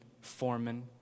foreman